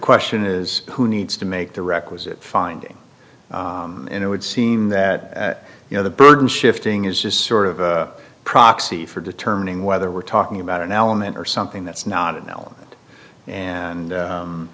question is who needs to make the requisite finding and it would seem that you know the burden shifting is just sort of a proxy for determining whether we're talking about an element or something that's not an element and